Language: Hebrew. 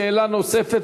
שאלה נוספת,